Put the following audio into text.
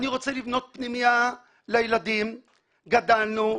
אני רוצה לבנות פנימייה לילדים, גדלנו.